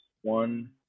one